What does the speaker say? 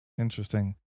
Interesting